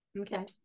Okay